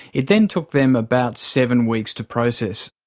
it then took them about seven weeks to process.